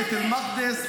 בית אל-מקדס,